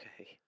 Okay